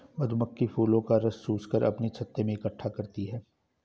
मधुमक्खी फूलों का रस चूस कर अपने छत्ते में इकट्ठा करती हैं